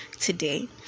today